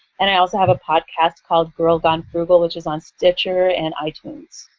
and i also have a podcast called girl gone frugal which is on stitcher and itunes.